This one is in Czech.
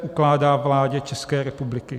Ukládá vládě České republiky